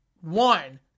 one